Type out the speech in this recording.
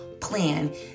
plan